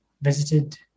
visited